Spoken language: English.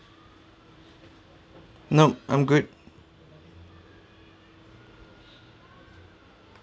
nope I'm good